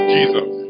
Jesus